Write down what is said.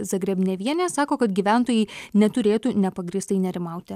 zagrebnevienė sako kad gyventojai neturėtų nepagrįstai nerimauti